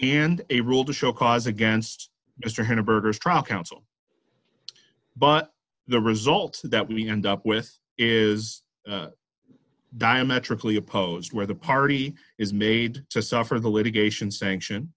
and a rule to show cause against mr berger's trial counsel but the result that we end up with is diametrically opposed where the party is made to suffer the litigation sanction